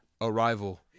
arrival